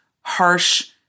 harsh